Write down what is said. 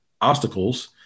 obstacles